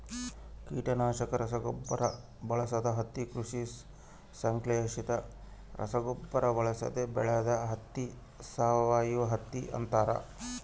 ಕೀಟನಾಶಕ ರಸಗೊಬ್ಬರ ಬಳಸದ ಹತ್ತಿ ಕೃಷಿ ಸಂಶ್ಲೇಷಿತ ರಸಗೊಬ್ಬರ ಬಳಸದೆ ಬೆಳೆದ ಹತ್ತಿ ಸಾವಯವಹತ್ತಿ ಅಂತಾರ